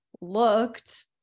looked